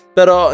Pero